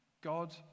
God